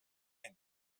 had